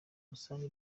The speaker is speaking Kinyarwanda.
rusange